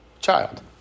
child